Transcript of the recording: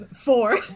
Four